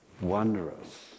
wondrous